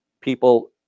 people